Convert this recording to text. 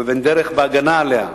הוא אבן דרך בהגנה עליה,